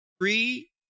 Three